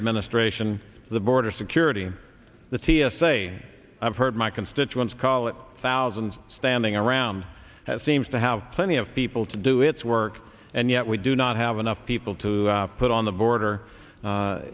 administration the border security the t s a i've heard my constituents call it thousands standing around seems to have plenty of people to do its work and yet we do not have enough people to put on the border